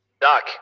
Doc